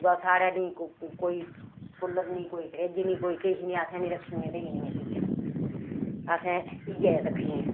दूआ साढ़ै नी कोई कूलर नी कोई फ्रिज़ नी कोई किश नी असें नी रक्खी दियां देइयां देइयां चीजां असें इ'यै रक्खी दियां